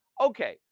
okay